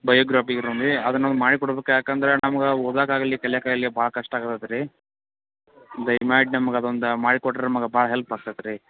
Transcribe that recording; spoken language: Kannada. ಬಯೋಗ್ರಾಫಿ ರೂಮ್ ರೀ ಅದನ್ನ ಒಂದು ಮಾಡಿ ಕೊಡ್ಬೇಕು ಯಾಕಂದರೆ ನಮಗೆ ಓದಾಕೆ ಆಗಲಿ ಕಲಿಯಾಕೆ ಆಗಲಿ ಭಾಳ ಕಷ್ಟ ಆಗಾಕೆ ಅಯ್ತು ರೀ ದಯ ಮಾಡಿ ನಮ್ಗ ಅದೊಂದು ಮಾಡಿ ಕೊಟ್ಟರೆ ನಮ್ಗ ಭಾಳ ಹೆಲ್ಪ್ ಆಗ್ತೈತಿ ರೀ